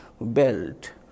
belt